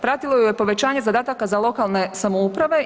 Pratilo ju je povećanje zadataka za lokalne samouprave.